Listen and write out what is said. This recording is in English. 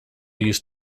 used